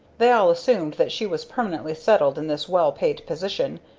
they all assumed that she was permanently settled in this well paid position,